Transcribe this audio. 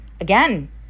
Again